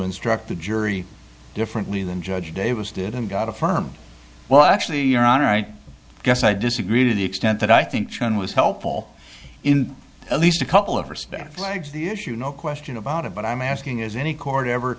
instruct the jury differently than judge davis did and got affirmed well actually your honor i guess i disagree to the extent that i think shawn was helpful in at least a couple of her staff flags the issue no question about it but i'm asking is any court ever